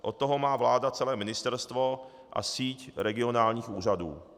Od toho má vláda celé ministerstvo a síť regionálních úřadů.